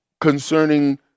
concerning